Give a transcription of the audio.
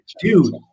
dude